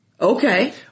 Okay